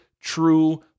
true